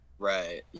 Right